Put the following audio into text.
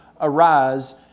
Arise